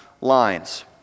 lines